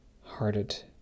hearted